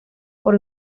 por